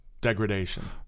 degradation